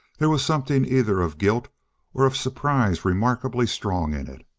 there was something either of guilt or of surprise remarkably strong in it.